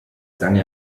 sang